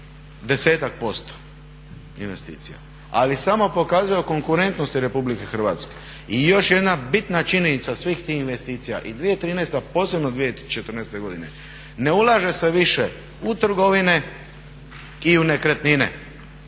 10-ak posto investicija. Ali samo pokazuje konkurentnost Republike Hrvatske. I još jedna bitna činjenica svih tih investicija i 2013., posebno 2014. godine, ne ulaže se više u trgovine i u nekretnine.